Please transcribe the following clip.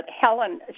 Helen